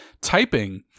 typing